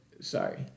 Sorry